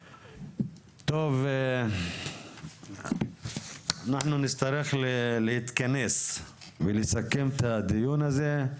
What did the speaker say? טוב, אנחנו נצטרך להתכנס ולסכם את הדיון הזה.